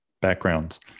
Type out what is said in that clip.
backgrounds